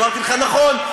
ואמרתי לך: נכון,